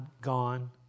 gone